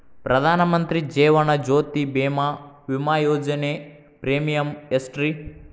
ಪ್ರಧಾನ ಮಂತ್ರಿ ಜೇವನ ಜ್ಯೋತಿ ಭೇಮಾ, ವಿಮಾ ಯೋಜನೆ ಪ್ರೇಮಿಯಂ ಎಷ್ಟ್ರಿ?